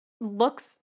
looks